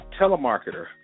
telemarketer